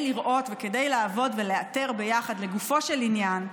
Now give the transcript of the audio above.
לראות ולעבוד ולאתר ביחד, לגופו של עניין,